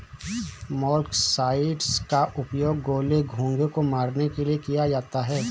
molluscicides का उपयोग गोले, घोंघे को मारने के लिए किया जाता है